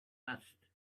must